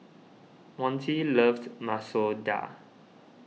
Montie loves Masoor Dal